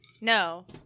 no